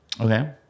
okay